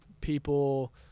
people